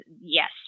yes